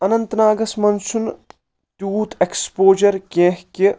اننت ناگس منٛز چھُنہٕ تیوٗت اٮ۪کٕس پوجر کینٛہہ کہِ